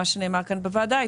מה שנאמר כאן בוועדה,